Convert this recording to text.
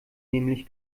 nämlich